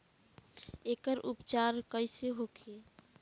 एकर उपचार कईसे होखे?